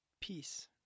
peace